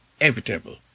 inevitable